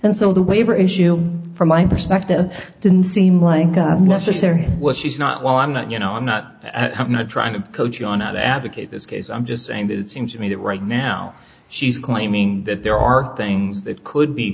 and so the waiver issue from my perspective didn't seem like necessary was she's not well i'm not you know i'm not i'm not trying to coach you are not advocate this case i'm just saying that it seems to me that right now she's claiming that there are things that could be